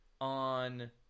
on